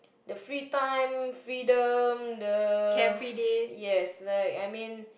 the free time freedom the yes like I mean